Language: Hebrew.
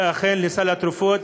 לסל התרופות,